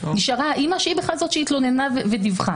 נשארה האימא שהיא בכלל זאת שהתלוננה ודיווחה.